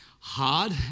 hard